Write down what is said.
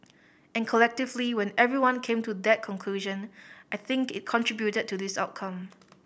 and collectively when everyone came to that conclusion I think it contributed to this outcome